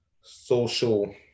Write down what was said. social